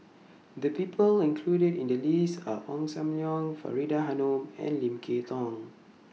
The People included in The list Are Ong SAM Leong Faridah Hanum and Lim Kay Tong